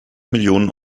millionen